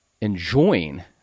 enjoying